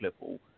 level